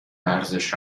ورزش